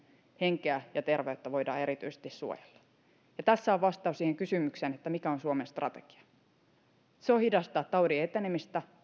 henkeä ja terveyttä voidaan erityisesti suojella tässä on vastaus siihen kysymykseen mikä on suomen strategia hidastaa taudin etenemistä